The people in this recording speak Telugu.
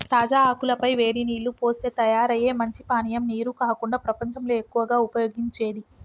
తాజా ఆకుల పై వేడి నీల్లు పోస్తే తయారయ్యే మంచి పానీయం నీరు కాకుండా ప్రపంచంలో ఎక్కువగా ఉపయోగించేది